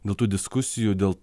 dėl tų diskusijų dėl